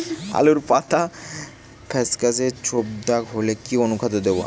আলুর পাতা ফেকাসে ছোপদাগ হলে কি অনুখাদ্য দেবো?